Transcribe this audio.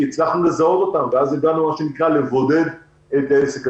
הצלחנו לזהות אותם ואז ידענו לבודד יותר.